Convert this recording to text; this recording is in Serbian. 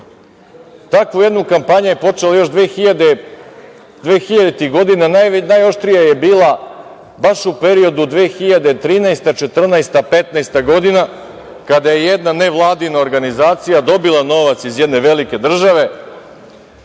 Takvu jednu kampanju je počela još 2000. godina i najoštrija je bila baš u periodu 2013, 2014, 2015. godina, kada je jedna nevladina organizacija dobila novac iz jedne velike države